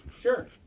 Sure